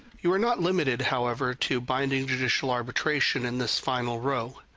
you are not limited, however, to binding judicial arbitration in this final row.